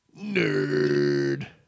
nerd